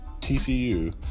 TCU